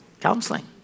counseling